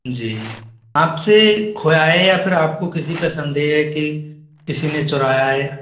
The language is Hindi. जी आपसे खोया है या फिर आपको किसी पे संदेह है कि किसी ने चुराया है